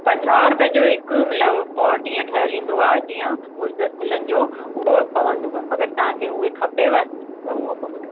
पंजाहु रुपिए जो हिकु मिलंदो पोट ईअं ठहियलु ईंदो आहे जीअं गुलदस गुलनि जो उहो पवंदव अगरि तव्हांखे उए खपेव त उहो पोइ ॿुधायो